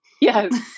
Yes